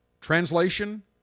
translation